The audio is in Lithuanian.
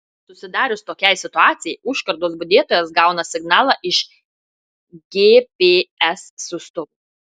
susidarius tokiai situacijai užkardos budėtojas gauna signalą iš gps siųstuvo